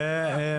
אוקיי.